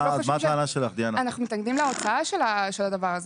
אנחנו מתנגדים להוצאה של הדבר הזה.